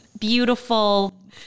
beautiful